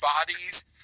bodies